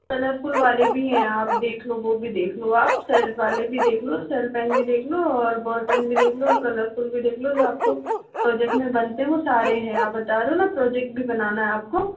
colourful वाले भी हैं आप देख लो वो भी देख लो आप सेल वाले भी देख लो सेल पेन भी देख लो और बॉल पेन भी देख लो और कलरफूल भी देख लो जो आपको प्रोजेक्ट में बनते हैं वो सारे हैं आप बता रहे हो न प्रोजेक्ट भी बनाना है आपको